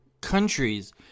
countries